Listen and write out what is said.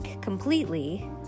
completely